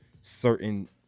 certain